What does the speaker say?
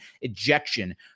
ejection